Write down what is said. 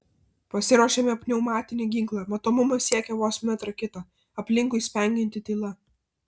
pasiruošiame pneumatinį ginklą matomumas siekia vos metrą kitą aplinkui spengianti tyla